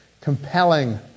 compelling